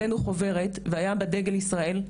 הבאנו חוברת והיה בה דגל ישראל,